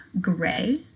gray